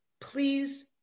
please